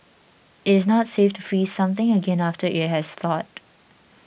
it is not safe to freeze something again after it has thawed